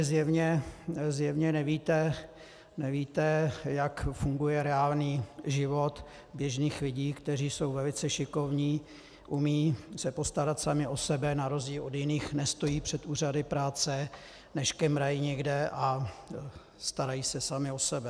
Zjevně nevíte, jak funguje reálný život běžných lidí, kteří jsou velice šikovní, umějí se postarat sami o sebe, na rozdíl od jiných nestojí před úřady práce, neškemrají někde a starají se sami o sebe.